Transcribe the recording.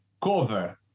cover